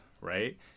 right